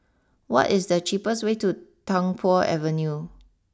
what is the cheapest way to Tung Po Avenue